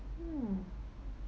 hmm